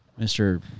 Mr